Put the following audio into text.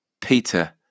Peter